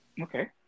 Okay